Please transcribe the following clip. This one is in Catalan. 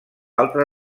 altre